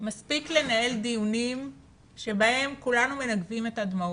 שמספיק לנהל דיונים בהם כולנו מנגבים את הדמעות.